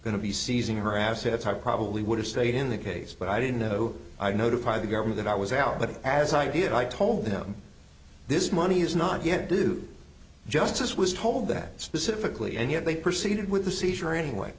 to be seizing her assets i probably would have stayed in the case but i didn't know i notified the government that i was out but as i did i told them this money is not yet do justice was told that specifically and yet they proceeded with the seizure anyway